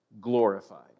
glorified